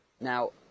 Now